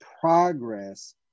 progress